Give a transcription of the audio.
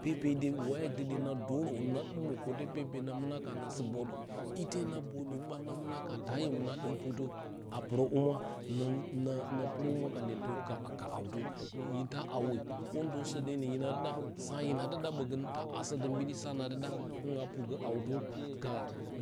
Pepe de na dərə na dimə kəte pepe na mɨnakan ra sɨ bəədə ite na bəədaturun ite na bədaturun gban na minakorə tayəə mina dɨm pur a puruə hɨmwa na na na purohumm ka hyentə ka hawtə hinta haw kondəsə deno hina dɨ ɗa so hina dɨ ɗa bogə ta aso də binɗi a nadɨ ɗa in a purgə ha tə ka